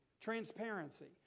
Transparency